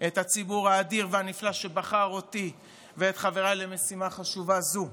את הציבור האדיר והנפלא שבחר אותי ואת חבריי למשימה חשובה זו,